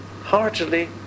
heartily